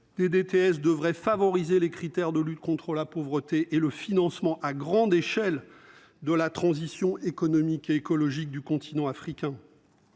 Des DTS devrait favoriser les critères de lutte contre la pauvreté et le financement à grande échelle de la transition économique et écologique du continent africain.